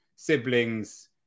Siblings